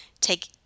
take